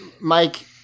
Mike